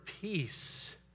peace